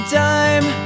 time